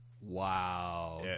wow